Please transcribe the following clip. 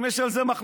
אם יש על זה מחלוקת,